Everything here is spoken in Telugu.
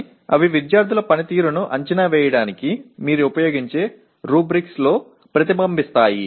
కానీ అవి విద్యార్థుల పనితీరును అంచనా వేయడానికి మీరు ఉపయోగించే రుబ్రిక్స్ లో ప్రతిబింబిస్తాయి